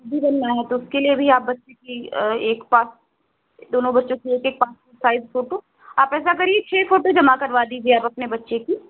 वो भी बनाना है तो उसके लिए भी आप बच्चे की एक पास दोनों बच्चों की एक एक पासपोर्ट साइज फोटो आप ऐसा करिए छः कॉपी जमा करवा दीजिए आप अपने बच्चे की